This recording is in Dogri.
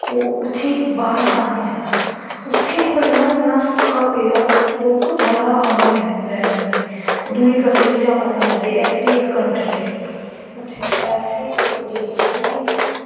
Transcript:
उत्थे बाह्रा दा पानी जंदा ऐ उत्थें भलेआं इन्ना सुक्का पेदा कि लोग बाह्रा दा पानी लैंदे दुईं कंट्री चा पानी लैंदे नेही इक कंट्री ऐ उत्थै ऐसा इक देश ऐ जित्थै